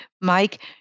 Mike